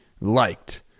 liked